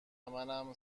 منم